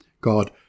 God